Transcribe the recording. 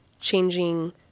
changing